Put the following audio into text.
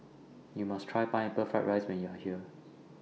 YOU must Try Pineapple Fried Rice when YOU Are here